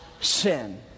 sin